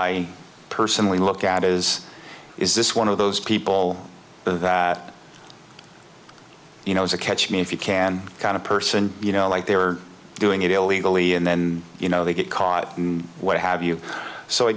i personally look at is is this one of those people that you know is a catch me if you can kind of person you know like they are doing it illegally and then you know they get caught what have you so i